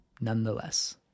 nonetheless